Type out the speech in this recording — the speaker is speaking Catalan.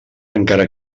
encara